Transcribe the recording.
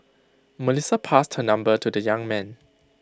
Melissa passed her number to the young man